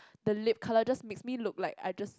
the lip colour just makes me look like I just